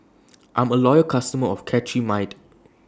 I'm A Loyal customer of Cetrimide